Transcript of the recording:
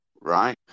right